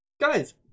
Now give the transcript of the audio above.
Guys